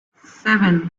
seven